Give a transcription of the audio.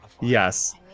Yes